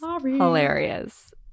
hilarious